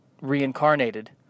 reincarnated